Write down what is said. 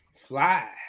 fly